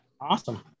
awesome